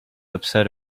upset